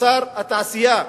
כשר התעשייה,